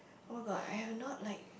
[oh]-my-god I have not like